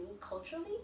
culturally